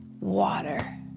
water